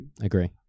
agree